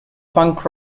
punk